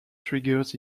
triggers